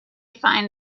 find